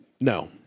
No